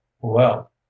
Well